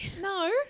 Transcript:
No